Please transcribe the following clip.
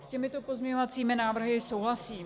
S těmito pozměňovacími návrhy souhlasím.